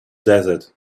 desert